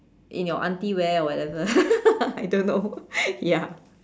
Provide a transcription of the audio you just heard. in your auntie wear or whatever I don't know ya